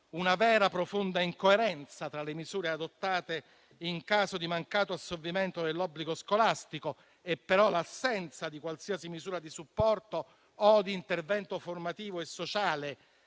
una vera e profonda incoerenza tra le misure adottate in caso di mancato assolvimento dell'obbligo scolastico e l'assenza di qualsiasi misura di supporto o di intervento formativo e sociale